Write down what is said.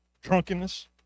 drunkenness